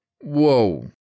Whoa